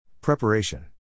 Preparation